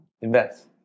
invest